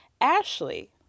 Ashley